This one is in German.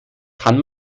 kann